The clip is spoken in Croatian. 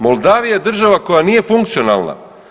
Moldavija je država koja nije funkcionalna.